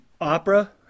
Opera